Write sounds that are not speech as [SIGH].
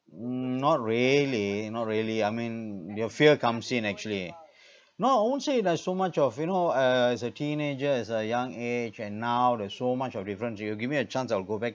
mm not really not really I mean your fear comes in actually [BREATH] no I won't say like so much of you know uh as a teenager as a young age and now there's so much of difference you give me a chance I will go back